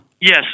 Yes